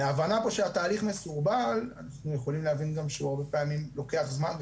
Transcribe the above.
מהבנה פה שהתהליך מסורבל אנחנו יכולים להבין שהרבה פעמים הוא לוקח זמן,